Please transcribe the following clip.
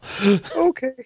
Okay